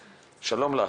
סרניי, שלום לך.